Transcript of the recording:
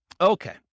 Okay